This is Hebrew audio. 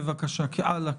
הלאה.